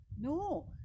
No